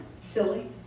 silly